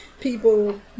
people